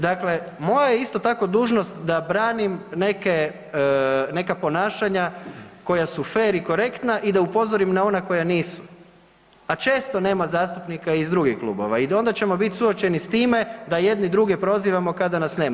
Dakle, moja je isto tako dužnost da branim neke, neka ponašanja koja su fer i korektna i da upozorim na ona koja nisu, a često nema zastupnika i iz drugih klubova i onda ćemo bit suočeni s time da jedni druge prozivamo kada nas nema.